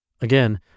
Again